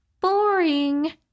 BORING